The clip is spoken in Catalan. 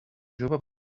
jove